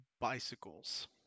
bicycles